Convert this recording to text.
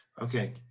Okay